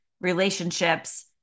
relationships